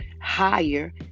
higher